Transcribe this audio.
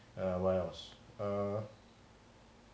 um what else err